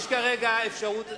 יש כרגע אפשרות אחת,